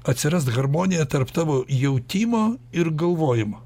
atsirast harmonija tarp tavo jautimo ir galvojimo